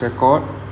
record